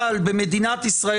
אבל במדינת ישראל,